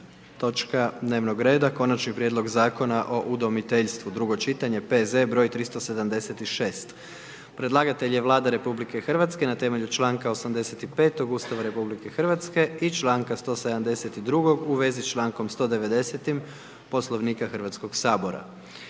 točka dnevnog reda: - Konačni prijedlog Zakona o udomiteljstvu, drugo čitanje, P.Z. br. 376; Predlagatelj je Vlada RH na temelju članka 85. Ustava RH i članka 172. u vezi sa člankom 190. Poslovnika Hrvatskoga sabora.